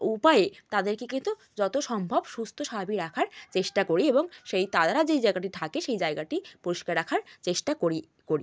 উপায়ে তাদেরকে কিন্তু যতো সম্ভব সুস্থ স্বাভাবিক রাখার চেষ্টা করি এবং সেই তারারা যে জায়গাটি থাকে সেই জায়গাটি পরিষ্কার রাখার চেষ্টা করি করি